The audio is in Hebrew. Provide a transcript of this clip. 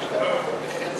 הליכוד, חברת